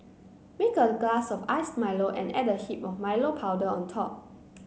make a glass of iced Milo and add a heap of Milo powder on top